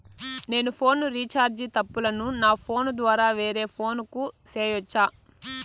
నేను phone recharge తప్పులను నా ఫోను ద్వారా వేరే ఫోను కు సేయొచ్చా?